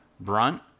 Brunt